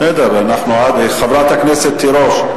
חברת הכנסת תירוש,